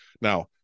Now